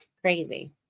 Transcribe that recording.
Crazy